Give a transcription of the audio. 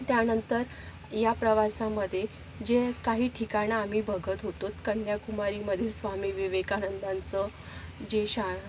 त्यानंतर या प्रवासामध्ये जे काही ठिकाणं आम्ही बघत होतो कन्याकुमारीमध्ये स्वामी विवेकानंदांचं जे शां